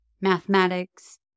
mathematics